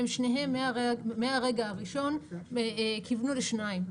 הם שניהם מהרגע הראשון כיוונו לשניים,